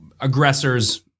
aggressors